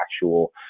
actual